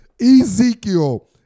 Ezekiel